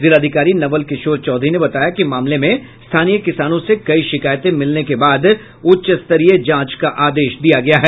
जिलाधिकारी नवल किशोर चौधरी ने बताया कि मामले में स्थानीय किसानों से कई शिकायते मिलने के बाद उच्च स्तरीय जांच का आदेश दिया गया है